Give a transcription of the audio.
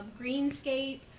greenscape